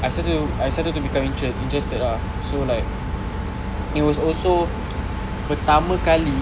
I start to I started to become interested ah so like it was also pertama kali